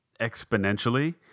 exponentially